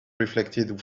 reflected